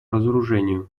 разоружению